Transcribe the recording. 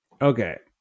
Okay